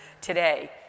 today